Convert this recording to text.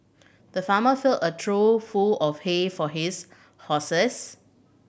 the farmer filled a trough full of hay for his horses